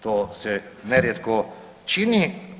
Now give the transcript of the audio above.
To se nerijetko čini.